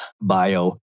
bio